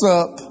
up